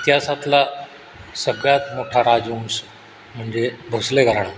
इतिहासातला सगळ्यात मोठा राजवंश म्हणजे भोसले घराणं